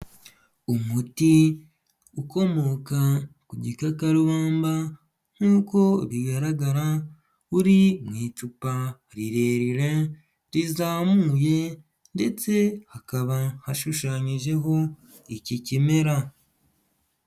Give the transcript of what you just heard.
Umuti ukomoka ku gikakarubamba nk'uko bigaragara uri mu icupa rirerire rizamuye ndetse hakaba hashushanyijeho iki kimera.